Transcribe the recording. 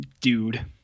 dude